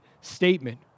statement